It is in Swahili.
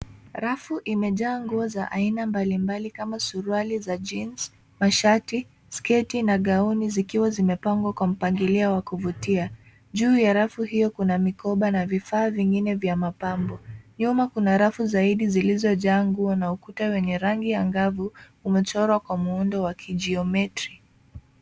Rafu imejaa nguo za aina mbalimbali kama suruali za jeans , mashati , sketi na gauni zikiwa zimepangwa kwa mpangilio wa kuvutia. Juu ya rafu hiyo kuna mikoba na vifaa vingine vya mapambo. Nyuma kuna rafu zaidi zilizojaa nguo na ukuta wenye rangi angavu umechorwa kwa muundo wa kijiometri.